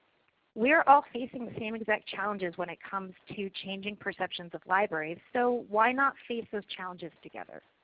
we are all facing the same exact challenges when it comes to changing perceptions of libraries, so why not face those challenges together.